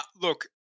Look